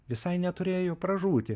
visai neturėjo pražūti